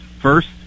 first